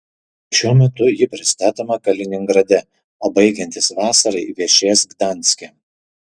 šiuo metu ji pristatoma kaliningrade o baigiantis vasarai viešės gdanske